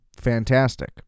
fantastic